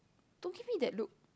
don't give me that look